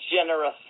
generous